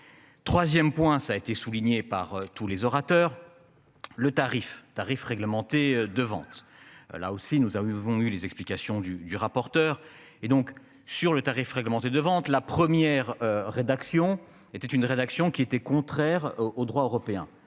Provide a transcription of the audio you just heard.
3ème point, ça a été souligné par tous les orateurs. Le tarif, tarif réglementé de vente là aussi nous avons eu vont eu les explications du du rapporteur et donc sur le tarif réglementé de vente la première rédaction était une rédaction qui était contraire au droit européen.